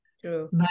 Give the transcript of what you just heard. True